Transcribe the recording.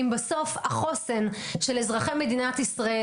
אם בסוף החוסן של אזרחי מדינת ישראל